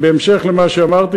בהמשך למה שאמרתי,